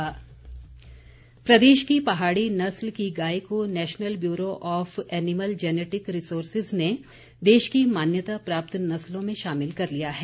वीरेंद्र कंवर प्रदेश की पहाड़ी नस्ल की गाय को national bureau of animal genetic resources ने देश की मान्यता प्राप्त नस्लों में शामिल कर लिया है